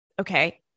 Okay